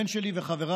הבן שלי וחבריו,